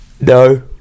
no